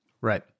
Right